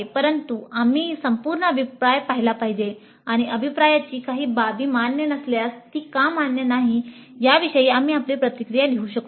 परंतु आम्ही संपूर्ण अभिप्राय पाहिला पाहिजे आणि अभिप्रायाची काही बाबी मान्य नसल्यास ती का मान्य नाही याविषयी आम्ही आपली प्रतिक्रिया लिहू शकतो